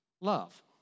love